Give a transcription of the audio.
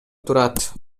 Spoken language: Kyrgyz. турат